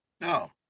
No